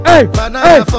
hey